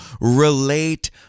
relate